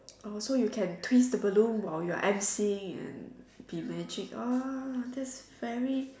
orh so you can twist the balloon while you are M_C and be magic orh that's very